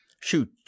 Shoot